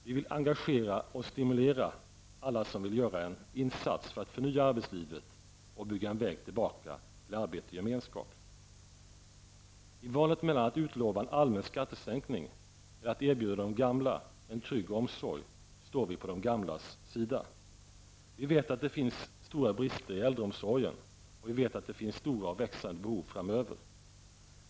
Vi vill engagera och stimulera alla som vill göra en insats för att förnya arbetslivet och bygga en väg tillbaka till arbete och gemenskap. I valet mellan att utlova en allmän skattesänkning eller att erbjuda de gamla en trygg omsorg, står vi på det gamlas sida. Vi vet att det finns stora brister i äldreomsorgen, och vi vet att det finns stora och växande behov framöver.